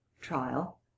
trial